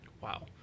Wow